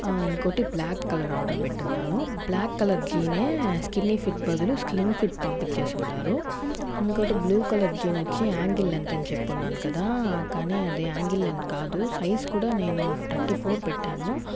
ఇంకొకటి black colour order పెట్టున్నాను black colour జీనే స్కిన్ని ఫిట్ బదులు స్లిమ్ ఫిట్ పంపించేసి ఉండారు ఇంకొకటి బ్లూ కలర్ జీన్ వచ్చి యాంగిల్ లెన్త్ అని చెప్పి ఉన్నాను కదా కానీ అది యాంగిల్ లెంగ్త్ కాదు సైజు కూడా నేను థర్టీ ఫోర్ పెట్టాను